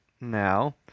now